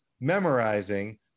memorizing